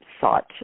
sought